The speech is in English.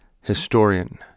historian